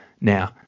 now